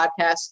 podcast